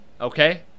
Okay